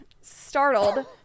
Startled